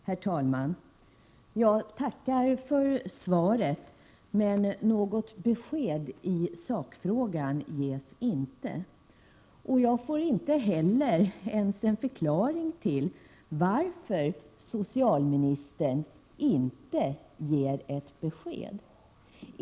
Herr talman! Jag tackar för svaret. Något besked i sakfrågan ges inte, och jag får inte ens en förklaring till varför socialministern inte ger ett besked.